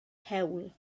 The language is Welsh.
hewl